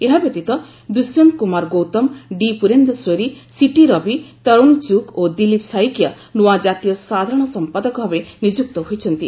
ଏହା ବ୍ୟତୀତ Dushyant Kumar Gautam D Purandeswari C T Ravi Tarun Chugh ଓ ଦିଲ୍ଲୀପ ସାଇକିଆ ନୂଆ ଜାତୀୟ ସାଧାରଣ ସମ୍ପାଦକ ଭାବେ ନିଯୁକ୍ତ ହୋଇଛନ୍ତି